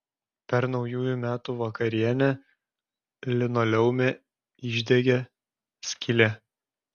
per naujųjų metų vakarienę linoleume išdegė skylė